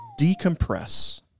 Decompress